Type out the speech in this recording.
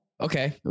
Okay